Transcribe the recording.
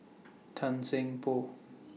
Tan Seng Poh